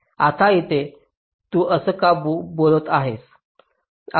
आता इथे तू असं का बोलत आहेस